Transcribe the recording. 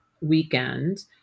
weekend